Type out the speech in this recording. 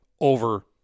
over